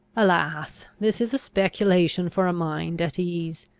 alas, this is a speculation for a mind at ease!